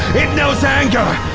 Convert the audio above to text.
it knows anger,